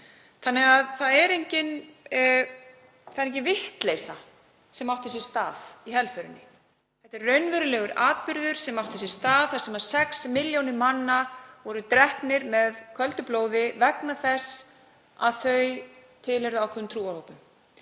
þannig að það er engin vitleysa sem átti sér stað í helförinni. Þetta er raunverulegur atburður sem átti sér stað þar sem 6 milljónir manna voru drepin með köldu blóði vegna þess að þau tilheyrðu ákveðnum trúarhópum.